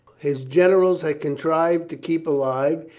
his generals had contrived to keep alive,